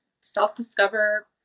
self-discover